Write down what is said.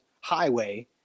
highway